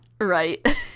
Right